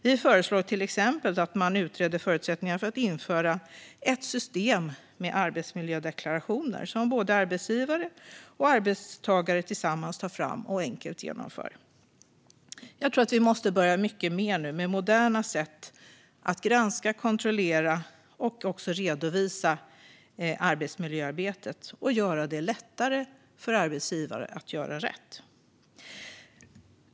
Vi föreslår till exempel att man utreder förutsättningarna för att införa ett system med arbetsmiljödeklarationer som både arbetsgivare och arbetstagare tillsammans tar fram och enkelt genomför. Jag tror att vi mycket mer måste börja med moderna sätt att granska, kontrollera och redovisa arbetsmiljöarbetet och göra det lättare för arbetsgivare att göra rätt.